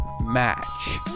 match